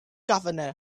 governor